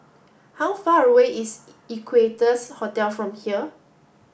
how far away is Equarius Hotel from here